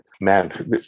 man